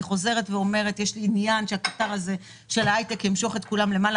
יש לי עניין שהקטר הזה של ההייטק ימשוך את כולם למעלה,